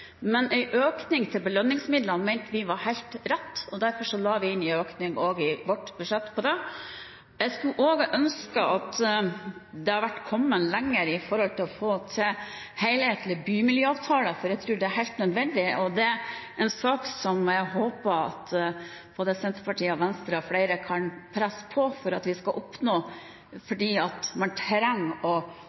Men en økning til belønningsmidlene mente vi var helt rett, og derfor la vi inn en økning også i vårt budsjett. Jeg skulle også ønske at man var kommet lenger med å få til helhetlige bymiljøavtaler, for jeg tror det er helt nødvendig. Det er en sak som jeg håper at Senterpartiet, Venstre og flere kan presse på for å oppnå, for man trenger å